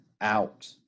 out